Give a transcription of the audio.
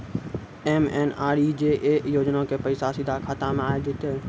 MNREGA योजना के पैसा सीधा खाता मे आ जाते?